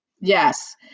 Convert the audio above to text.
Yes